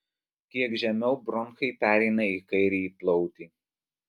kiek žemiau bronchai pereina į kairįjį plautį